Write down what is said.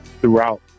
throughout